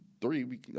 three